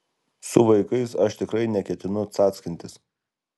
su vaikais aš tikrai neketinu cackintis